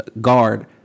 guard